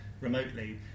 remotely